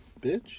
bitch